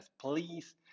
please